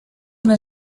una